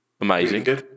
Amazing